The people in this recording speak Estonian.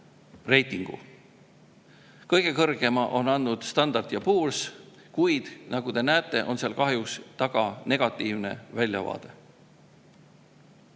reitingu. Kõige kõrgema on andnud Standard & Poor's, kuid nagu te näete, on seal kahjuks taga negatiivne väljavaade.